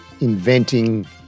inventing